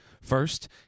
First